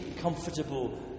comfortable